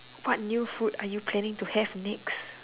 what new food are you planning to have next